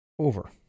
over